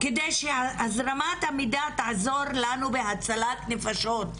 כדי שהזרמת המידע תעזור לנו בהצלת נפשות.